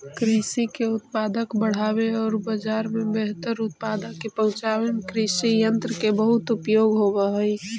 कृषि के उत्पादक बढ़ावे औउर बाजार में बेहतर उत्पाद के पहुँचावे में कृषियन्त्र के बहुत उपयोग होवऽ हई